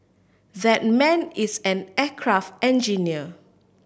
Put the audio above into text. that man is an aircraft engineer